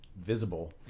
visible